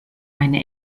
eine